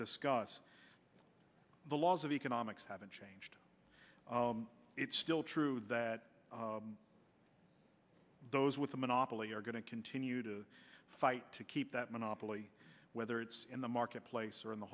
discuss the laws of economics haven't changed it's still true that those with a monopoly are going to continue to fight to keep that monopoly whether it's in the marketplace or in the